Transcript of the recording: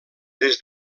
des